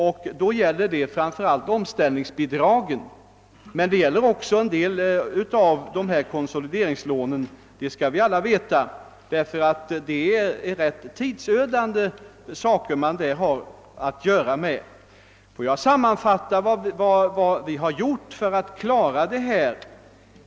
Det gäller då framför allt omställningsbidragen, men det gäller också vissa konsolideringslån. Det är nämligen fråga om rätt tidsödande saker. Får jag sammanfattningsvis säga vad vi har gjort för att klara situationen.